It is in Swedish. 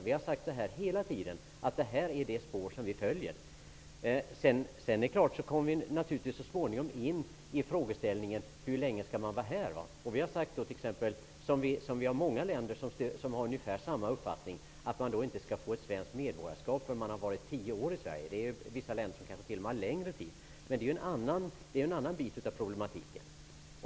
Vi har hela tiden sagt att detta är det spår som vi följer. Så småningom kommer man naturligtvis fram till ett ställningstagande till hur länge flyktingarna skall vara kvar här. Man har i många andra länder uppfattningen att flyktingen inte skall få medborgarskap förrän efter tio år i landet. Jag tror att man i vissa länder t.o.m. kräver en längre tid. Men det är en annan del av problematiken.